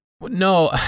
No